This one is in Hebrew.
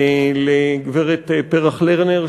לגברת פרח לרנר,